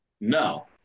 no